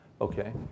Okay